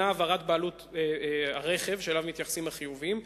העברת בעלות ברכב שאליו החיובים מתייחסים,